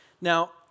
Now